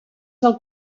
del